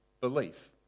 belief